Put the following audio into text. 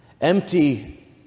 Empty